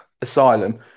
asylum